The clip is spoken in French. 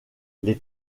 les